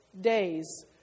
days